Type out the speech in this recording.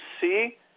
see